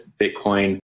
Bitcoin